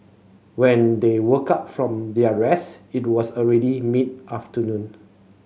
when they woke up from their rest it was already mid afternoon